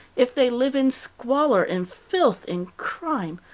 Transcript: if they live in squalor, in filth, in crime,